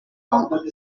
ont